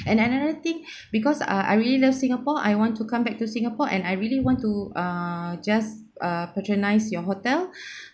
and another thing because ah I really love singapore I want to come back to singapore and I really want to err just uh patronise your hotel